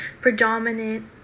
predominant